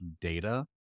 data